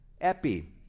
epi